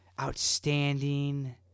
outstanding